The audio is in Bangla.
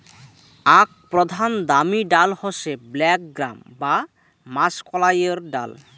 আক প্রধান দামি ডাল হসে ব্ল্যাক গ্রাম বা মাষকলাইর ডাল